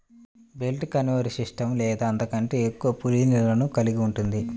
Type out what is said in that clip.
belt conveyor system రెండు లేదా అంతకంటే ఎక్కువ పుల్లీలను కలిగి ఉంటుంది